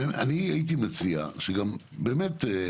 הייתי מציע שגם באמת,